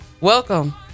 welcome